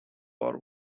war